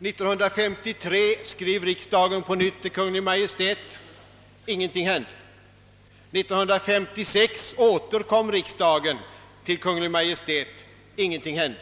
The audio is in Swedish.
År 1953 skrev riksdagen på nytt till Kungl. Maj:t. Ingenting hände. År 1956 återkom riksdagen till Kungl. Maj:t. Ingenting hände.